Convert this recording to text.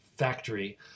Factory